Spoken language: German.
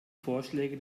vorschläge